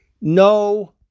No